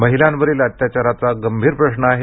महिलांवरील अत्याचाराचा गंभीर प्रश्न आहे